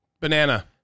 banana